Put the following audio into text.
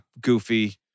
Goofy